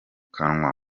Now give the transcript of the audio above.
kanwa